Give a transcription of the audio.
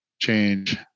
change